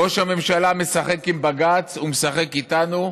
ראש הממשלה משחק עם בג"ץ, הוא משחק איתנו,